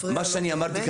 מה שאני אמרתי כרגע,